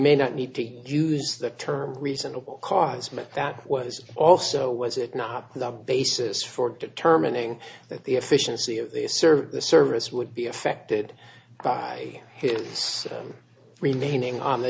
may not need to use that term reasonable cause meant that was also was it not the basis for determining that the efficiency of a server the service would be affected by his remaining on the